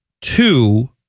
two